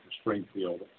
Springfield